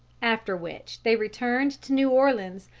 after which they returned to new orleans,